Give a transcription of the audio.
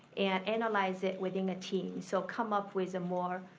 and analyze it within a team. so come up with a more